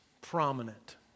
prominent